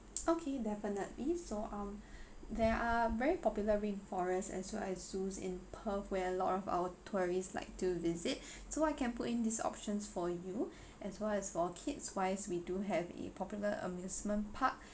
okay definitely so um there are very popular rain forest as well as zoo in perth where a lot of our tourists like to visit so I can put in this options for you as well as for kids wise we do have a popular amusement park